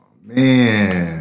man